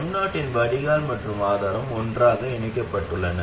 M0 இன் வடிகால் மற்றும் ஆதாரம் ஒன்றாக இணைக்கப்பட்டுள்ளன